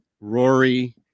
Rory